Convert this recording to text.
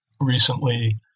recently